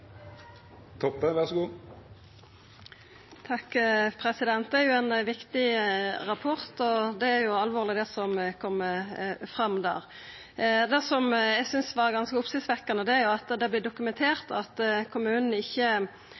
Det er ein viktig rapport, og det er alvorleg det som kjem fram der. Det eg synest er ganske oppsiktsvekkjande, er at det er dokumentert at kommunane ikkje har undersøkt behova før tildeling av tenester. Det står i rapporten at i éi av fire saker har ikkje